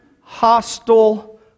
hostile